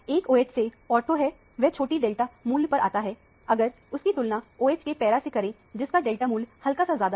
एक OH से ortho है वह छोटी डेल्टा मूल्य पर आता है अगर उसकी तुलना OH के पैरा से करें जिसका डेल्टा मूल्य हल्का सा ज्यादा है